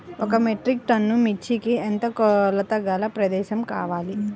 ఒక metric tonne మిర్చికి ఎంత కొలతగల ప్రదేశము కావాలీ?